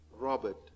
Robert